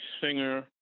singer